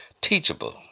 teachable